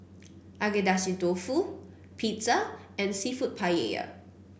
Agedashi Dofu Pizza and seafood Paella